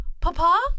Papa